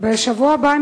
בשבוע הבא,